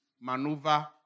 Maneuver